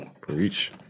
Preach